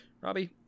Robbie